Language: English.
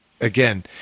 again